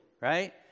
right